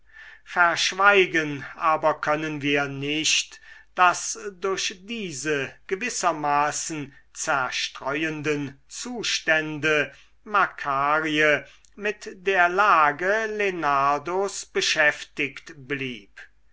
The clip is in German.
verschweigen aber können wir nicht daß durch diese gewissermaßen zerstreuenden zustände makarie mit der lage lenardos beschäftigt blieb